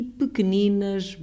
pequeninas